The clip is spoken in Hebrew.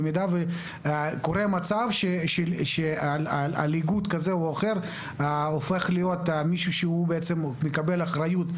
במידה ואיגוד כזה או אחר מקבל אחריות,